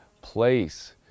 place